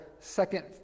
second